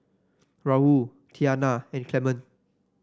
Raul Tianna and Clement